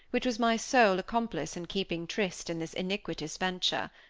which was my sole accomplice in keeping tryst in this iniquitous venture.